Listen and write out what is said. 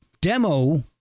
demo